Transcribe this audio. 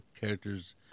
characters